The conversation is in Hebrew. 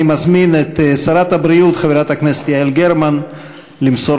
אני מזמין את חברת הכנסת יעל גרמן למסור